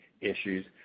issues